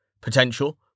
Potential